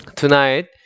tonight